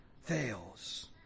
fails